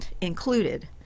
included